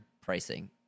pricing